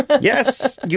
Yes